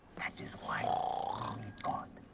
that is why we need god.